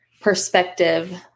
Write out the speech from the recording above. perspective